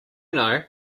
know